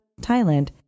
Thailand